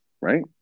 right